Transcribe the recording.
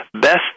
best